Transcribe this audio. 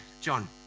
John